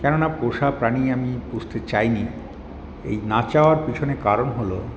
কেননা পোষা প্রাণী আমি পুষতে চাইনি এই না চাওয়ার পেছনে কারণ হল